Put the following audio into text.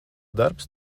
darbs